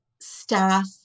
staff